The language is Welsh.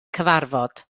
cyfarfod